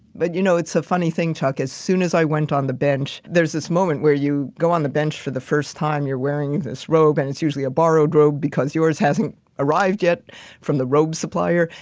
but you know, it's a funny thing, chuck, as soon as i went on the bench, there's this moment where you go on the bench for the first time you're wearing this robe, and it's usually a borrowed robe because yours hasn't arrived yet from the robe supplier,